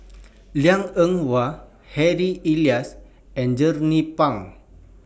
Liang Eng Hwa Harry Elias and Jernnine Pang